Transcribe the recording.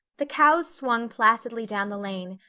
the cows swung placidly down the lane,